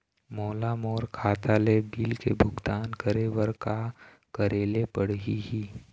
मोला मोर खाता ले बिल के भुगतान करे बर का करेले पड़ही ही?